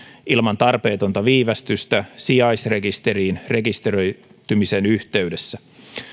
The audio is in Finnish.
ilman tarpeetonta viivästystä sijaisrekisteriin rekisteröitymisen yhteydessä